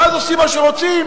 ואז עושים מה שרוצים.